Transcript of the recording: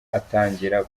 atangira